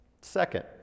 Second